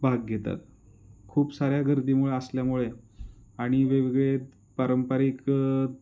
भाग घेतात खूप साऱ्या गर्दीमुळं असल्यामुळे आणि वेगवेगळे पारंपरिक